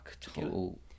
total